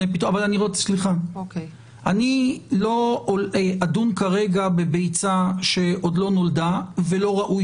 אני לא אדון כרגע בביצה שעוד לא נולדה ולא ראוי